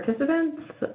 participants,